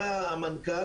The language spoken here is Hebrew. אתה המנכ"ל,